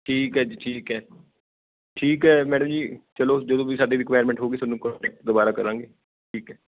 ਠੀਕ ਹੈ ਜੀ ਠੀਕ ਹੈ ਠੀਕ ਹੈ ਮੈਡਮ ਜੀ ਚਲੋ ਜਦੋਂ ਵੀ ਸਾਡੀ ਰਿਕੁਆਇਰਮੈਂਟ ਹੋਊਗੀ ਤੁਹਾਨੂੰ ਕੋਂਟੈਕਟ ਦੁਬਾਰਾ ਕਰਾਂਗੇ ਠੀਕ ਹੈ